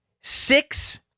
Six